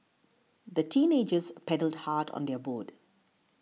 the teenagers paddled hard on their boat